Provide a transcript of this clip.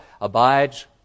abides